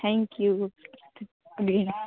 thank you બેન